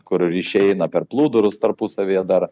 kur išeina per plūdurus tarpusavyje dar